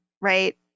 right